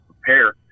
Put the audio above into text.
prepare